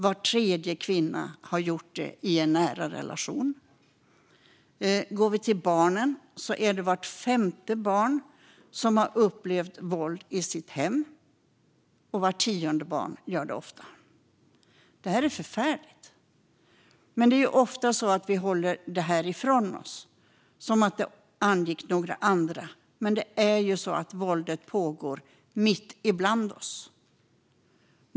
Var tredje kvinna har gjort det i en nära relation. Vart femte barn har upplevt våld i sitt hem, och vart tionde barn gör det ofta. Det här är förfärligt! Men det är ofta så att vi håller detta ifrån oss; det angår andra. Men våldet pågår mitt ibland oss.